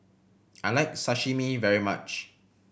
I like Sashimi very much